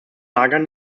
lagern